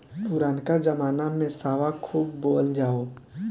पुरनका जमाना में सावा खूब बोअल जाओ